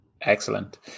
Excellent